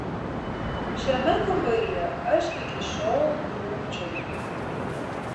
šiame kambaryje aš iki šiol krūpčioju